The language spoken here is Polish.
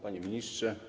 Panie Ministrze!